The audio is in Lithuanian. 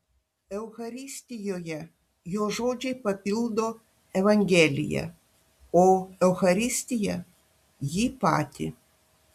eucharistijoje jo žodžiai papildo evangeliją o eucharistija jį patį